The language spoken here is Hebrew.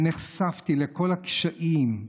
ונחשפתי לכל הקשיים,